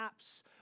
apps